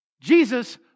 Jesus